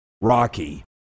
Rocky